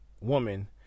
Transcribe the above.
woman